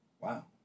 Wow